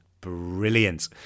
brilliant